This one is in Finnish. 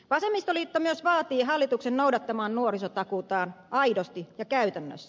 vasemmistoliitto myös vaatii hallitusta noudattamaan nuorisotakuutaan aidosti ja käytännössä